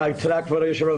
כבוד היושב-ראש,